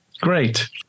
great